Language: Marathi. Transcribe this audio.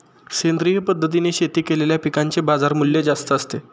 सेंद्रिय पद्धतीने शेती केलेल्या पिकांचे बाजारमूल्य जास्त असते